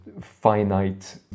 finite